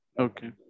Okay